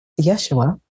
Yeshua